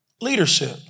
Leadership